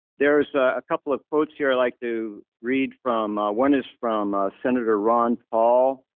there's a couple of quotes here, i like to read from, one is from senator ron paul.